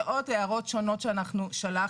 ועוד הערות שונות ששלחנו.